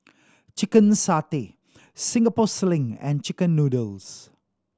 chicken satay Singapore Sling and chicken noodles